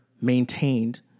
maintained